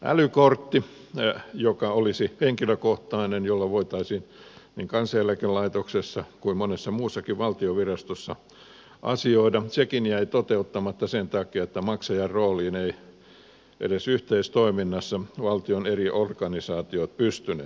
älykortti joka olisi henkilökohtainen jolla voitaisiin niin kansaneläkelaitoksessa kuin monessa muussakin valtion virastossa asioida sekin jäi toteuttamatta sen takia että maksajan rooliin eivät edes yhteistoiminnassa valtion eri organisaatiot pystyneet